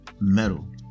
metal